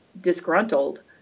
disgruntled